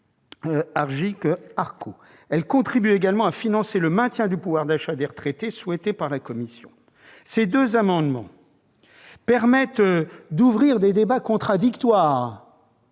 Elle contribuera également à financer le maintien du pouvoir d'achat des retraités, souhaité par la commission. Ces deux amendements permettent d'ouvrir des débats contradictoires-